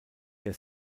der